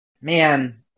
Man